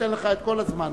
אתן לך את כל הזמן.